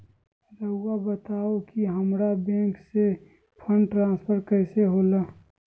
राउआ बताओ कि हामारा बैंक से फंड ट्रांसफर कैसे होला?